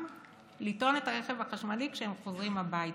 לטעון את הרכב החשמלי כשהם חוזרים הביתה.